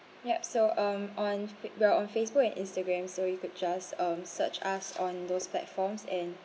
yup so um on fa~ we're on Facebook and Instagram so you could just um search us on those platforms and